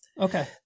Okay